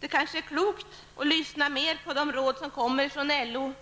Det kanske är klokt att lyssna mer på de råd som kommer från LOs